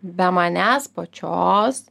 be manęs pačios